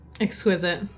Exquisite